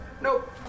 Nope